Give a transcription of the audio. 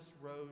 road